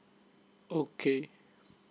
okay